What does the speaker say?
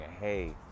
Hey